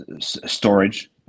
storage